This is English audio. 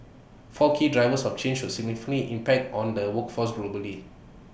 four key drivers of change will significantly impact on the workforce globally